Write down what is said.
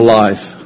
life